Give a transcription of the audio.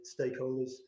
stakeholders